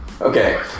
okay